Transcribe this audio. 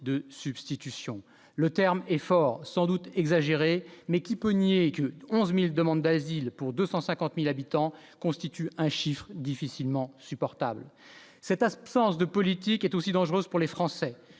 de substitution, le terme est fort sans doute exagéré mais qui peut nier que 11000 demandes d'asile pour 250000 habitants constitue un chiffre difficilement supportable, c'est à ce sens de politique est aussi dangereuse pour les Français